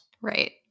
Right